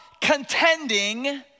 contending